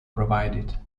provided